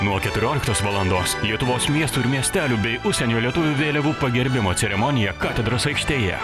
nuo keturioliktos valandos lietuvos miestų ir miestelių bei užsienio lietuvių vėliavų pagerbimo ceremonija katedros aikštėje